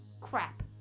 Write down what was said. crap